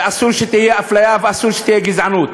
ואסור שתהיה אפליה, ואסור שתהיה גזענות.